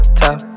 top